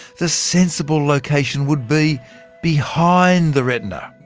the sensible location would be behind the retina.